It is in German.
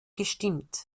gestimmt